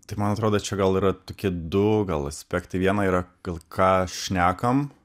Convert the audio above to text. tai man atrodo čia gal yra tokie du gal aspektai viena yra gal ką šnekam